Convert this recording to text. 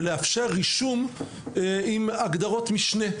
ולאפשר רישום עם הגדרות משנה.